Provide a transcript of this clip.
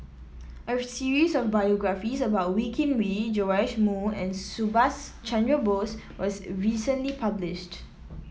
a series of biographies about Wee Kim Wee Joash Moo and Subhas Chandra Bose was recently published